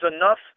enough